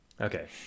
Okay